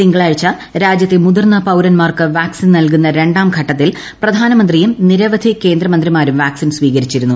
തിങ്കളാഴ്ച രാജ്യത്തെ മുതിർന്ന പൌരന്മാർക്ക് വാക്സിൻ നൽകുന്ന രണ്ടാംഘട്ടത്തിൽ പ്രധാനമന്ത്രിയും നിരവധി കേന്ദ്രമന്ത്രിമാരും വാക്സിൻ സ്വീകരിച്ചിരുന്നു